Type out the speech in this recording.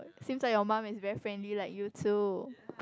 seems like your mum is very friendly like you too